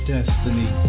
Destiny